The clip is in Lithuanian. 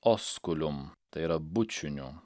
oskulium tai yra bučiniu